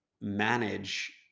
manage